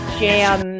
jam